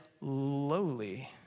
lowly